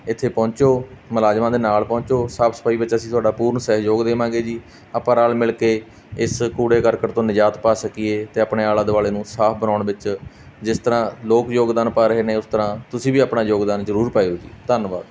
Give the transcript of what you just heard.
ਇੱਥੇ ਪਹੁੰਚੋ ਮੁਲਾਜ਼ਮਾਂ ਦੇ ਨਾਲ ਪਹੁੰਚੋ ਸਾਫ਼ ਸਫਾਈ ਵਿਚ ਅਸੀਂ ਤੁਹਾਡਾ ਪੂਰਨ ਸਹਿਯੋਗ ਦੇਵਾਂਗੇ ਜੀ ਆਪਾਂ ਰਲ ਮਿਲ ਕੇ ਇਸ ਕੂੜੇ ਕਰਕਟ ਤੋਂ ਨਿਯਾਤ ਪਾ ਸਕੀਏ ਅਤੇ ਆਪਣੇ ਆਲਾ ਦੁਆਲੇ ਨੂੰ ਸਾਫ਼ ਬਣਾਉਣ ਵਿੱਚ ਜਿਸ ਤਰ੍ਹਾਂ ਲੋਕ ਯੋਗਦਾਨ ਪਾ ਰਹੇ ਨੇ ਉਸ ਤਰ੍ਹਾਂ ਤੁਸੀਂ ਵੀ ਆਪਣਾ ਯੋਗਦਾਨ ਜ਼ਰੂਰ ਪਾਇਓ ਜੀ ਧੰਨਵਾਦ